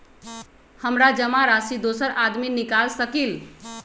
हमरा जमा राशि दोसर आदमी निकाल सकील?